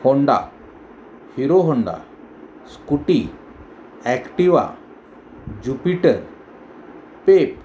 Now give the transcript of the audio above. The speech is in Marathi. Honda Hero Honda Scooty Activa Jupiter Pep